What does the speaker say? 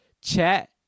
chat